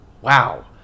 Wow